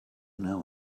know